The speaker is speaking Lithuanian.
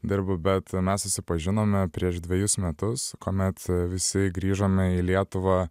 dirbu bet mes susipažinome prieš dvejus metus kuomet visi grįžome į lietuvą